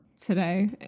today